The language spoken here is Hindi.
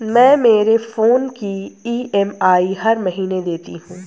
मैं मेरे फोन की ई.एम.आई हर महीने देती हूँ